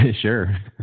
Sure